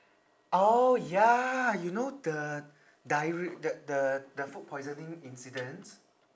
oh ya you know the diarr~ the the the food poisoning incident